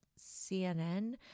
CNN